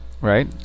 right